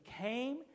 came